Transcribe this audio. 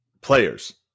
players